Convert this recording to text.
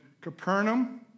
Capernaum